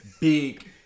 Big